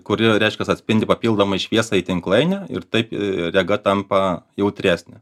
kuri reiškias atspindi papildomai šviesą į tinklainę ir taip rega tampa jautresnė